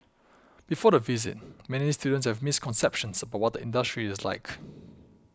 before the visit many students have misconceptions about what the industry is like